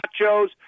nachos